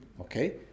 Okay